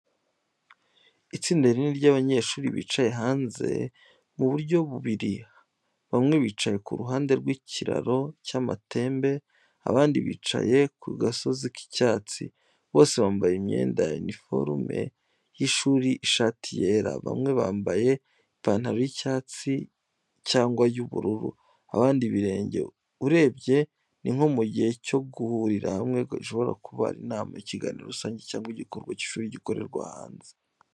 Itsinda rinini ry’abanyeshuri bicaye hanze mu buryo bubiri: bamwe bicaye ku ruhande rw’ikiraro cy’amatembe, abandi bicaye ku gasozi k’icyatsi. Bose bambaye imyenda ya uniforume y’ishuri ishati yera, bamwe bambaye ipantaro y’icyatsi cyangwa iy’ubururu, abandi ibirenge. Urebye, ni nko mu gihe cyo guhurira hamwe, gishobora kuba ari inama, ikiganiro rusange, cyangwa igikorwa cy’ishuri gikorerwa hanze.